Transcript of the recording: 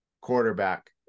quarterback